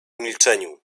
milczeniu